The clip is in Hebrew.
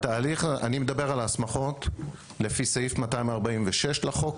אני מדבר על ההסמכות לפי סעיף 246 לחוק